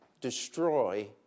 destroy